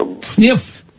Sniff